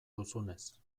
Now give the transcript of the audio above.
duzunez